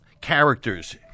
characters